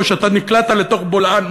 או שנקלעת לתוך בולען